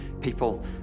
People